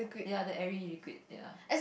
ya the Airy liquid ya